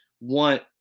want